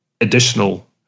additional